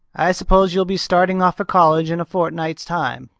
i s'pose you'll be starting off for college in a fortnight's time?